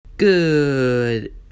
Good